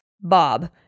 Bob